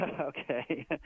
Okay